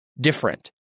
different